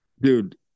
dude